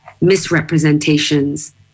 misrepresentations